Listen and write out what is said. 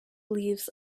leaves